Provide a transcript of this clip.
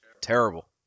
Terrible